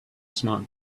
smart